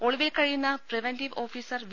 ഒളിവിൽ കഴിയുന്ന preventive officer V